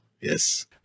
yes